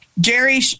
Jerry